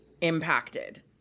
impacted